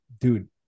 dude